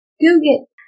Google